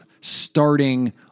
starting